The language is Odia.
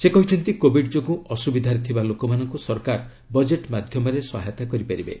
ସେ କହିଚନ୍ତି କୋବିଡ୍ ଯୋଗୁଁ ଅସୁବିଧାରେ ଥିବା ଲୋକମାନଙ୍କୁ ସରକାର ବଜେଟ୍ ମାଧ୍ୟମରେ ସହାୟତା କରିପାରିବେ